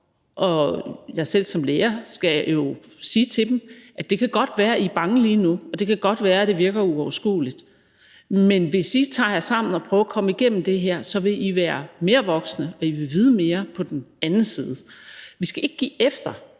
og jeg skal selv som lærer sige til dem: Det kan godt være, at I er bange lige nu, og det kan godt være, at det virker uoverskueligt, men hvis I tager jer sammen og prøver at komme igennem det her, vil I være mere voksne og vide mere på den anden side. Vi skal ikke give efter,